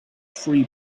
free